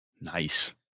Nice